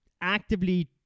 actively